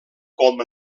com